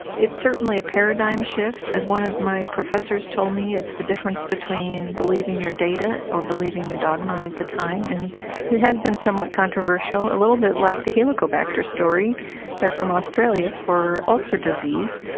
it's certainly a paradigm shift, as one of my professors told me, it's the difference between believing your data, or believing the dogma of the time'. and it has been somewhat controversial a little bit like the helicobacter story there from australia for ulcer disease.